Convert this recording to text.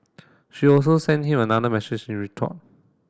she also sent him another message in retort